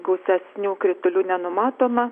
gausesnių kritulių nenumatoma